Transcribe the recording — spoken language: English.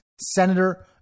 senator